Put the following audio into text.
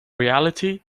reality